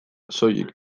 soilik